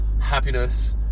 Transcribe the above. happiness